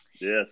Yes